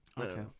Okay